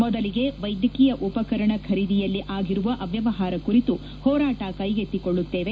ಮೊದಲಿಗೆ ವೈದ್ಯಕೀಯ ಉಪಕರಣ ಖರೀದಿಯಲ್ಲಿ ಆಗಿರುವ ಅವ್ಯವಹಾರ ಕುರಿತು ಹೋರಾಟ ಕೈಗೆತ್ತಿಕೊಳ್ಳುತ್ತೇವೆ